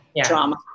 drama